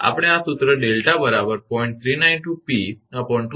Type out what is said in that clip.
આપણે આ સૂત્ર 𝛿 0